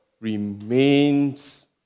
remains